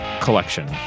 collection